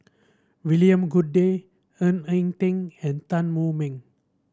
William Goode Ng Eng Teng and Tan Wu Meng